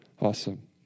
Awesome